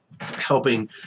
helping